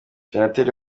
umusenateri